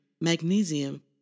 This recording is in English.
magnesium